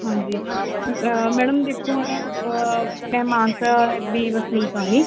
ਹਾਂਜੀ ਮੈਡਮ ਦੇਖੋ ਮੈਡਮ ਮੈਂ ਮਾਨਸਾ ਦੀ ਵਸਨੀਕ ਹਾਂ ਜੀ